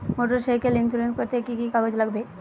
Motorcycle insurance করতে কি কি কাগজ লাগবে?